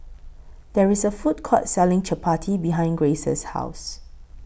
There IS A Food Court Selling Chapati behind Grayce's House